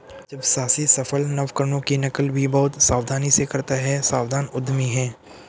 जब साहसी सफल नवकरणों की नकल भी बहुत सावधानी से करता है सावधान उद्यमी है